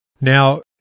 Now